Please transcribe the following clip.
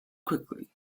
quickly